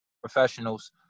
professionals